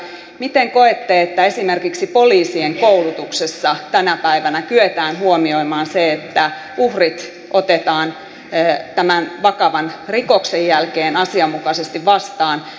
miten koette että esimerkiksi poliisien koulutuksessa tänä päivänä kyetään huomioimaan se että uhrit otetaan tämän vakavan rikoksen jälkeen asianmukaisesti vastaan